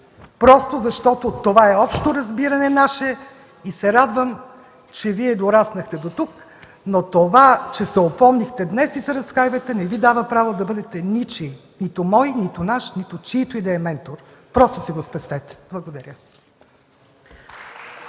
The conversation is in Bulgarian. ни, защото това е общо наше разбиране и се радвам, че Вие дораснахте дотук. Това, че се опомнихте и днес се разкайвате, не Ви дава право да бъдете ничии – нито мои, нито наш, нито чиито и да е ментор. Просто си го спестете. Благодаря.